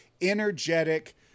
energetic